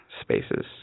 spaces